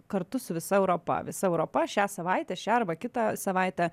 kartu su visa europa visa europa šią savaitę šią arba kitą savaitę